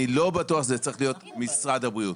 אני לא בטוח שזה צריך להיות משרד הבריאות,